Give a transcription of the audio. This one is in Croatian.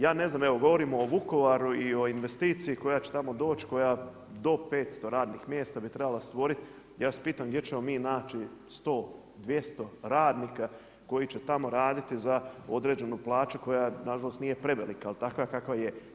Ja ne znam, evo govorimo o Vukovaru i o investiciji koji će tamo doći, koja do 500 radnih mjesta bi trebala stvoriti, ja vas pitam gdje ćemo mi naći, 100, 200 radnika koji će tamo raditi za određenu plaću, koja nažalost nije prevelika, jer je takva kakva je.